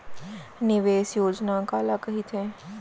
निवेश योजना काला कहिथे?